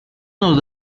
nos